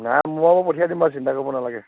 নাই মই পঠিয়াই দিম বাৰু চিন্তা কৰিব নালাগে